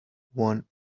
one